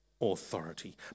authority